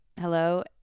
hello